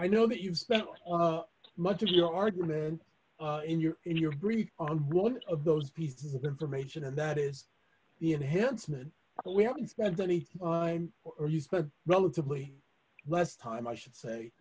i know that you've spent much of your argument in your in your brief on one of those pieces of information and that is the enhancement but we haven't spent any time or you spend relatively less time i should say